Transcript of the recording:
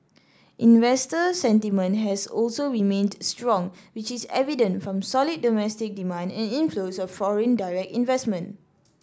investor sentiment has also remained strong which is evident from solid domestic demand and inflows of foreign direct investment